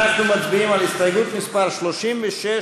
אנחנו מצביעים על הסתייגות מס' 36,